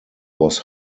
was